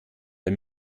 der